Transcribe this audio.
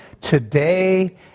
today